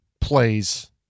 plays